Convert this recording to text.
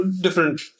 different